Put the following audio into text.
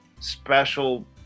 special